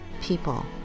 people